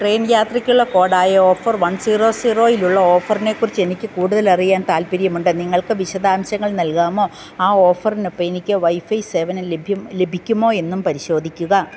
train യാത്രയ്ക്കുള്ള കോഡായ offer one zero സീറോയിൽ ഉള്ള ഓഫറിനെക്കുറിച്ച് എനിക്ക് കൂടുതലറിയാൻ താൽപ്പര്യമുണ്ട് നിങ്ങൾക്ക് വിശദാംശങ്ങൾ നൽകാമോ ആ ഓഫറിനൊപ്പം എനിക്ക് വൈഫൈ സേവനം ലഭ്യം ലഭിക്കുമോ എന്നും പരിശോധിക്കുക